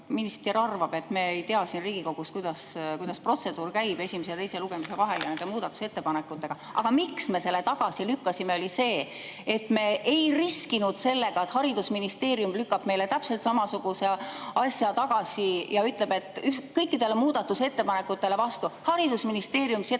minister arvab, et me ei tea siin Riigikogus, kuidas on protseduur esimese ja teise lugemise vahel, ka nende muudatusettepanekutega. Aga [põhjus], miks me selle tagasi lükkasime, oli see, et me ei riskinud sellega, et haridusministeerium lükkab meile täpselt samasuguse asja tagasi ja ütleb kõikide muudatusettepanekute peale: haridusministeerium seda